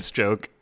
joke